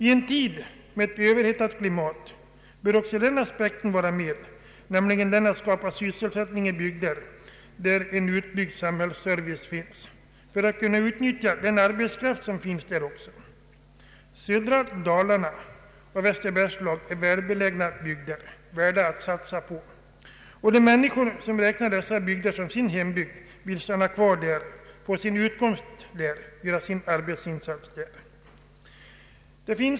I en tid med ett överhettat klimat bör också den aspekten vara med, nämligen att det gäller att skapa sysselsättning i bygder med en utbyggd samhällsservice för att kunna utnyttja den arbetskraft som finns där. Södra Dalarna och Västerbergslagen är välbelägna bygder, värda att satsa på. De människor som räknar dessa bygder såsom sin hembygd vill stanna kvar, göra sin arbetsinsats och få sin utkomst där.